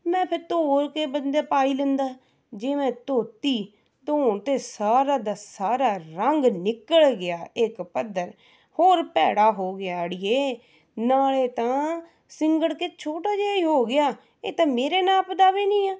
ਮੈਂ ਫਿਰ ਧੋ ਕੇ ਬੰਦਾ ਪਾ ਹੀ ਲੈਂਦਾ ਜੇ ਮੈਂ ਧੋ ਤੀ ਧੋਣ 'ਤੇ ਸਾਰਾ ਦਾ ਸਾਰਾ ਰੰਗ ਨਿਕਲ ਗਿਆ ਇੱਕ ਪੱਧਰ ਹੋਰ ਭੈੜਾ ਹੋ ਗਿਆ ਅੜੀਏ ਨਾਲੇ ਤਾਂ ਸੁੰਗੜ ਕੇ ਛੋਟਾ ਜਿਹਾ ਹੀ ਹੋ ਗਿਆ ਇਹ ਤਾਂ ਮੇਰੇ ਨਾਪ ਦਾ ਵੀ ਨਹੀਂ ਆ